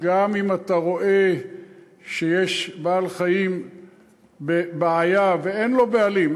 גם אם אתה רואה שיש בעל-חיים בבעיה ואין לו בעלים,